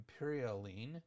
imperialine